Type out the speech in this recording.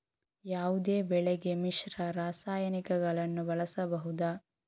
ಯಾವುದೇ ಬೆಳೆಗೆ ಮಿಶ್ರ ರಾಸಾಯನಿಕಗಳನ್ನು ಬಳಸಬಹುದಾ?